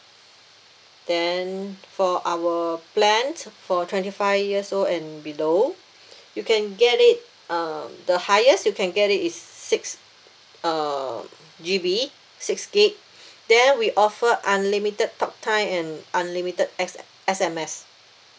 then for our plan for twenty five years old and below you can get it uh the highest you can get it is six uh G_B six gig then we offer unlimited talk time and unlimited S S_M_S